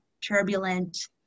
turbulent